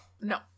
No